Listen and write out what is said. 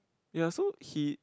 ya so he